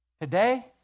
Today